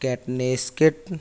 Kate نے سکیٹن